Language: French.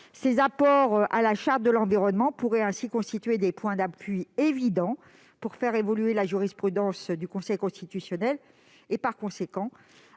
de la Charte de l'environnement pourraient fournir des points d'appui pour faire évoluer la jurisprudence du Conseil constitutionnel et par conséquent